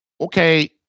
Okay